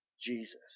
Jesus